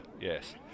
Yes